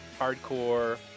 hardcore